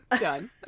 Done